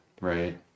Right